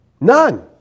None